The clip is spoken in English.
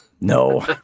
No